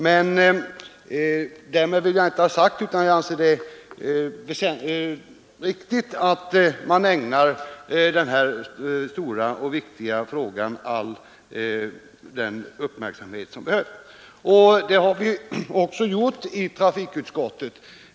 Men därmed vill jag inte säga att jag inte anser det vara riktigt att man ägnar denna stora och viktiga fråga all den uppmärksamhet som den behöver. Det har vi också gjort i trafikutskottet.